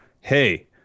Hey